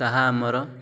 ତାହା ଆମର